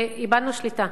איבדנו שליטה.